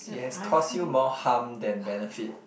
it has caused you more harm than benefit